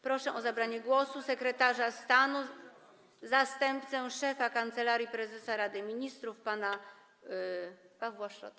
Proszę o zabranie głosu sekretarza stanu, zastępcę szefa Kancelarii Prezesa Rady Ministrów pana Pawła Szrota.